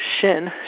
Shin